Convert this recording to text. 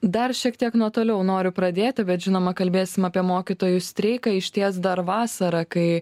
dar šiek tiek nuo toliau noriu pradėti bet žinoma kalbėsim apie mokytojų streiką išties dar vasarą kai